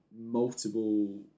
multiple